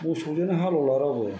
मोसौजोंनो हालेवला रावबो